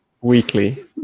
Weekly